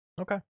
Okay